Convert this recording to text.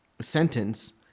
sentence